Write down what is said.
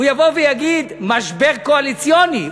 הוא יבוא ויגיד: משבר קואליציוני.